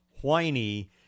Whiny